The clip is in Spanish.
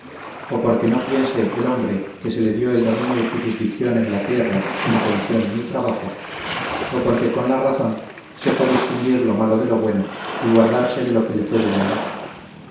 o porque no piense el hombre que se le dió el dominio y jurisdicción en la tierra sin pensión ni trabajo o porque con la razón sepa distinguir lo malo de lo bueno y guardarse de lo que le puede dañar